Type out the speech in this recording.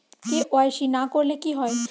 KYC না করলে কি হয়?